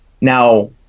Now